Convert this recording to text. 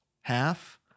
half